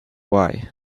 why